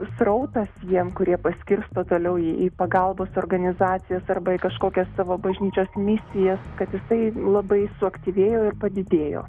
srautas jiem kurie paskirsto toliau į pagalbos organizacijas arba į kažkokias savo bažnyčios misijas kad jisai labai suaktyvėjo ir padidėjo